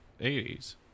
80s